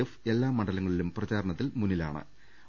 F എല്ലാ മണ്ഡലങ്ങളിലും പ്രചാരണത്തിൽ മുന്നിലാ ണ്